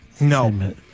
No